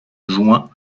juin